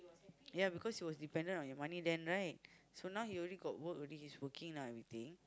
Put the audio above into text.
yeah because he was dependent on your money then right so now he's already got work now he's working everything